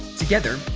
together,